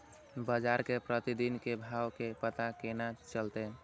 बजार के प्रतिदिन के भाव के पता केना चलते?